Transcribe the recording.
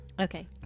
Okay